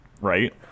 right